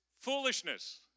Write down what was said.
foolishness